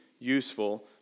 Useful